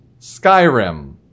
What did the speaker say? Skyrim